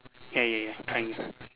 ya ya ya triangle